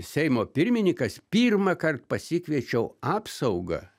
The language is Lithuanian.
seimo pirmininkas pirmąkart pasikviečiau apsaugą